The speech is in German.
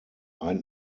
ein